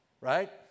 right